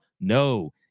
No